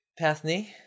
Pathney